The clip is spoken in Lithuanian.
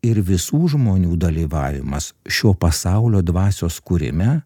ir visų žmonių dalyvavimas šio pasaulio dvasios kūrime